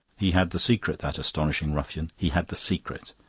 he had the secret, that astonishing ruffian, he had the secret!